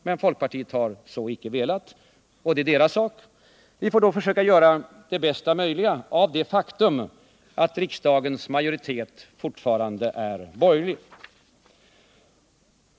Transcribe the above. Men folkpartiet har så icke velat, och det är dess sak. Vi får då försöka göra det bästa möjliga av det faktum att riksdagens majoritet fortfarande är borgerlig.